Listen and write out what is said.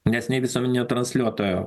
nes nei visuomeninio transliuotojo